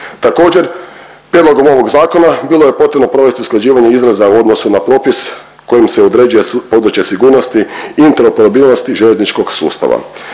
Također prijedlogom ovog zakona bilo je potrebno provesti usklađivanje izraza u odnosu na propis kojim se određuje područje sigurnosti, interoperabilnosti željezničkoga sustava.